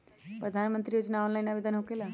प्रधानमंत्री योजना ऑनलाइन आवेदन होकेला?